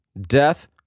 death